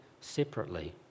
separately